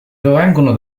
provengono